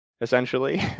essentially